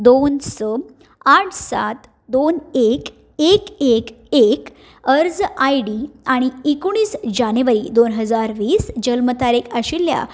दोन स आठ सात दोन एक एक एक एक अर्ज आयडी आनी एकुणीस जानेवरी दोन हजार वीस जल्म तारीख आशिल्ल्या